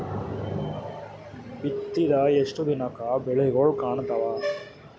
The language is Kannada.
ಬಿತ್ತಿದ ಎಷ್ಟು ದಿನಕ ಬೆಳಿಗೋಳ ಕಾಣತಾವ?